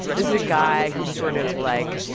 this is a guy who sort of, like,